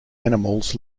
animals